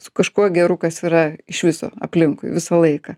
su kažkuo geru kas yra iš viso aplinkui visą laiką